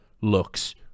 looks